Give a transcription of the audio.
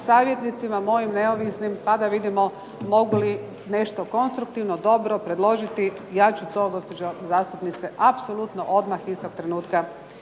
savjetnicima mojim neovisnim pa da vidimo mogu li nešto konstruktivno, dobro predložiti. Ja ću to, gospođo zastupnice, apsolutno odmah, istog trenutka